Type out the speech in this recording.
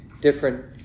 different